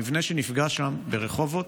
המבנה שנפגע שם ברחובות